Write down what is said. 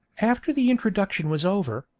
after the introduction was over,